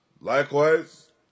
Likewise